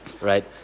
right